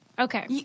Okay